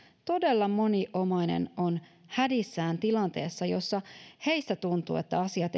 todella moni omainen on hädissään tilanteessa jossa heistä tuntuu että asiat